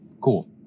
cool